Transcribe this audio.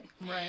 Right